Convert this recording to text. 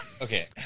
Okay